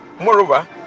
moreover